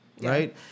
right